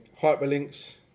Hyperlinks